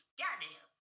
goddamn